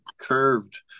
curved